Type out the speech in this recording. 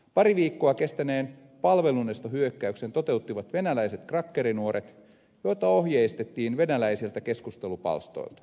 pari viikkoa kestäneen palvelunestohyökkäyksen toteuttivat venäläiset krakkerinuoret joita ohjeistettiin venäläisiltä keskustelupalstoilta